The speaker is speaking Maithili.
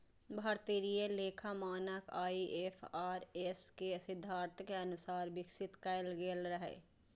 भारतीय लेखा मानक आई.एफ.आर.एस के सिद्धांतक अनुसार विकसित कैल गेल रहै